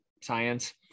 science